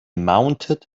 mounted